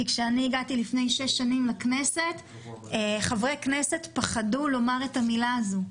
כי כשהגעתי לפני שש שנים לכנסת חברי כנסת פחדו לומר את המילה הזו.